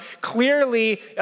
Clearly